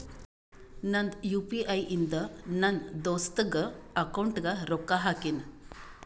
ನಂದ್ U P I ಇಂದ ನನ್ ದೋಸ್ತಾಗ್ ಅಕೌಂಟ್ಗ ರೊಕ್ಕಾ ಹಾಕಿನ್